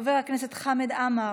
חבר הכנסת חמד עמאר,